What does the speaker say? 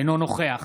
אינו נוכח